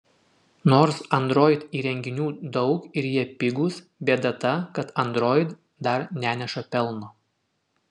nors android įrenginių daug ir jie pigūs bėda ta kad android dar neneša pelno